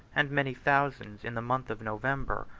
and many thousands, in the month of november,